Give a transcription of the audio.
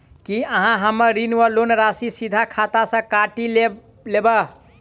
की अहाँ हम्मर ऋण वा लोन राशि सीधा खाता सँ काटि लेबऽ?